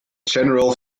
general